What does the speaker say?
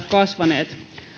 kasvaneet